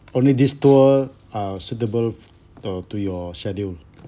only this tour are suitable uh to your schedule